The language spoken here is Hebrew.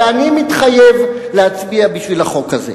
ואני מתחייב להצביע בשביל החוק הזה.